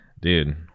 dude